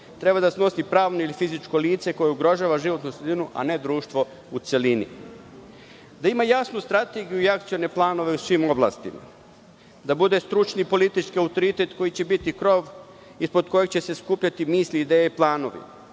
treba da snosi pravno ili fizičko lice koje ugrožava životnu sredinu, a ne društvo u celini; da ima jasnu strategiju i akcione planove u svim oblastima; da bude stručni i politički autoritet koji će biti krov ispod kojeg će se skupljati misli, ideje i